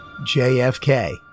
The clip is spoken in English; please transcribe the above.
JFK